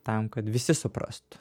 tam kad visi suprastų